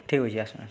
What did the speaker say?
ଠିକ୍ ଅଛେ ଆସୁନ୍